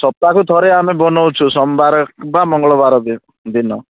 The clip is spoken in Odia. ସପ୍ତାହକୁ ଥରେ ଆମେ ବନାଉଛୁ ସୋମବାର ବା ମଙ୍ଗଳବାର ଦିନ